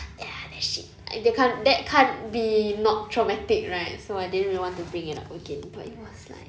ya that shit they can't that can't be not traumatic right so I didn't really want to bring it up again but it was like